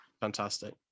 fantastic